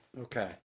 Okay